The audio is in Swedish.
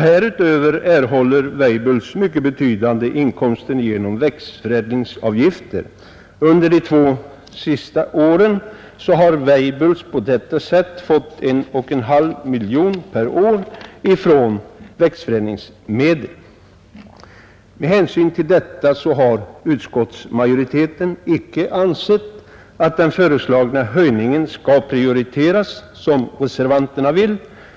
Härutöver erhåller Weibulls mycket betydande inkomster genom växtförädlingsavgifter; under de två senaste åren har man fått 1,5 miljoner per år från dessa. Med hänsyn till detta har utskottsmajoriteten icke ansett att den föreslagna höjningen skall prioriteras som reservanterna vill.